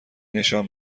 نشان